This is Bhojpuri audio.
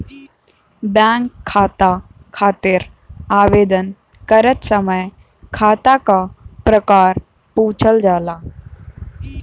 बैंक खाता खातिर आवेदन करत समय खाता क प्रकार पूछल जाला